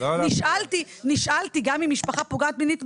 נשאלתי, גם אם משפחה פוגעת מינית?